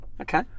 Okay